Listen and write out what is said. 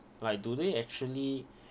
like do they actually